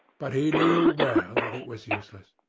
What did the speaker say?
but he knew well that it was useless.